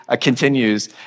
continues